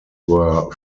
were